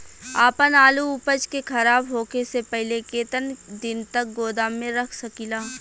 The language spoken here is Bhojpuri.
आपन आलू उपज के खराब होखे से पहिले केतन दिन तक गोदाम में रख सकिला?